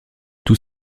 tous